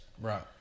Right